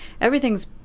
everything's